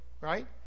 right